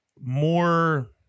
more